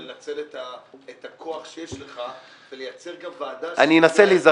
לנצל את הכוח שיש לך, ולייצר גם ועדה של טלאי על